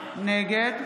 נגד